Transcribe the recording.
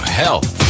health